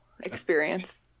experience